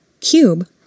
cube